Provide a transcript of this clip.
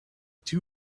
two